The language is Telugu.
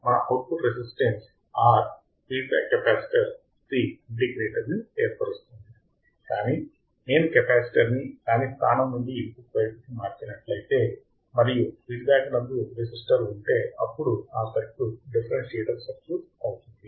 మన input resistance R feedback capacitor C integrator ని ఏర్పరుస్తుంది కాని నేను కెపాసిటర్ ని దాని స్థానము నుండి ఇన్పుట్ వైపుకి మార్చినట్లయితే మరియు ఫీడ్ బ్యాక్ నందు రెసిస్టర్ ఉంటే అప్పుడు ఆ సర్క్యూట్ డిఫరెన్సియేటర్ సర్క్యూట్ అవుతుంది